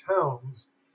towns